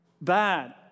bad